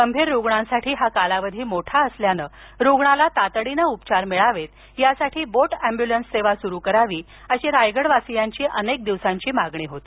गंभीर रूग्णांसाठी हा कालावधी मोठा असल्यानं रूग्णाला तातडीनं उपचार मिळावेत यासाठी बोट एम्ब्युलन्स सेवा सुरू करावी अशी रायगडवासियांची अनेक दिवसांची मागणी तास होती